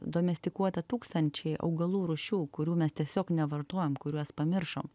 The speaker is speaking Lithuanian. domestikuota tūkstančiai augalų rūšių kurių mes tiesiog nevartojam kuriuos pamiršom